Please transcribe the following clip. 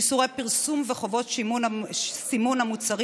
איסורי פרסום וחובות סימון המוצרים